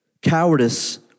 Cowardice